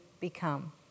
become